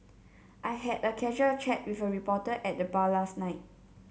I had a casual chat with a reporter at the bar last night